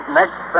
next